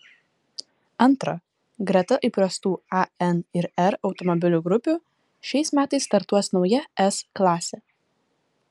antra greta įprastų a n ir r automobilių grupių šiais metais startuos nauja s klasė